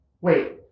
wait